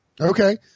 Okay